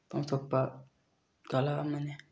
ꯄꯥꯡꯊꯣꯛꯄ ꯀꯂꯥ ꯑꯃꯅꯤ